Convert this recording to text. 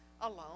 alone